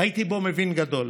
ראיתי בו מבין גדול.